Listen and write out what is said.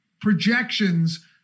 Projections